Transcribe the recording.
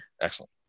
Excellent